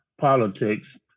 politics